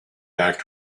back